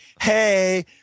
hey